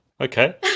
okay